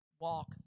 walk